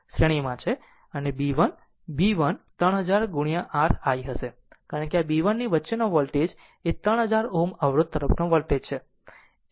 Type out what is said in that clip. અને B 1 B 1 3000 r i હશે કારણ કે આ b 1 ની વચ્ચેનો વોલ્ટેજ એ 3000 ઓહ્મ અવરોધ તરફનો વોલ્ટેજ છે